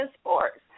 sports